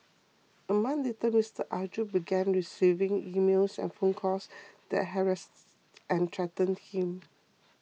a month later Mister Arjun began receiving emails and phone calls that harassed and threatened him